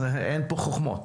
אין פה חוכמות,